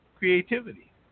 Creativity